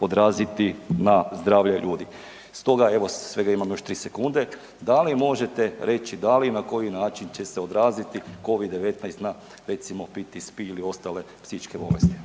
odraziti na zdravlje ljudi. Stoga, evo svega imam još 3 sekunde, da li možete reći na koji način će se odraziti Covid-19 na recimo PTSP ili ostale psihičke bolesti.